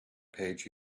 page